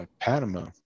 Panama